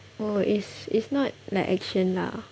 oh it's it's not like action lah